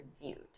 reviewed